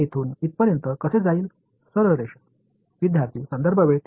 எனவே இதை இப்படியே படிக்கப் போகிறது இந்த உயரம் 2 ஆக இருக்க நிர்பந்திக்கப்படுகிறது